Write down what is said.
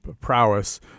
prowess